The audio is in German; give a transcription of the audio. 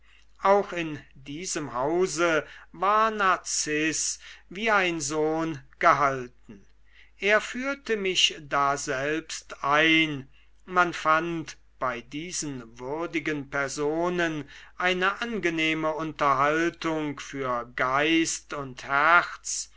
auch in diesem hause war narziß wie ein sohn gehalten er führte mich daselbst ein man fand bei diesen würdigen personen eine angenehme unterhaltung für geist und herz